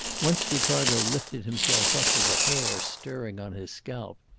once ricardo lifted himself up with the hair stirring on his scalp.